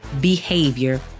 behavior